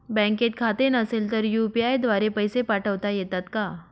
बँकेत खाते नसेल तर यू.पी.आय द्वारे पैसे पाठवता येतात का?